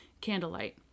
candlelight